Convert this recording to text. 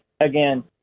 again